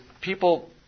people